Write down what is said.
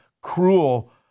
cruel